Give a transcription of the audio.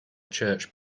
church